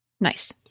Nice